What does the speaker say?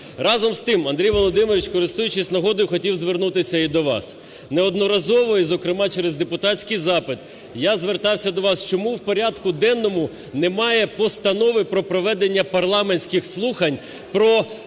Разом з тим, Андрій Володимирович, користуючись нагодою, хотів звернутися і до вас. Неодноразово і, зокрема, через депутатський запит я звертався до вас, чому в порядку денному немає Постанови про проведення парламентських слухань про